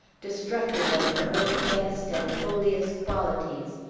destructive of her own best and holiest qualities,